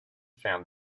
found